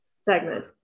segment